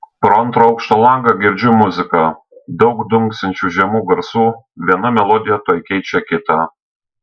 pro antro aukšto langą girdžiu muziką daug dunksinčių žemų garsų viena melodija tuoj keičia kitą